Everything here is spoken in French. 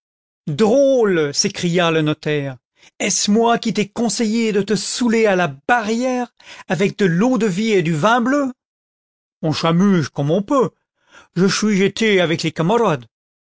drôle s'écria le notaire est-ce moi qui t'ai conseillé de te soûler à la barrière avec de xeauie vie et du vin bleu on cb'amuse comme on peut je chuis été avec les camarades